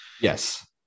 Yes